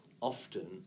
often